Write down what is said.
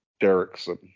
Derrickson